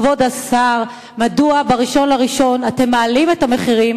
כבוד השר: מדוע ב-1 בינואר אתם מעלים את המחירים